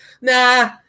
Nah